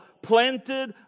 Planted